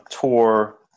tour